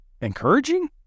Encouraging